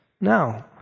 No